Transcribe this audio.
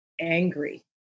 angry